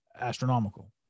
astronomical